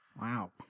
Wow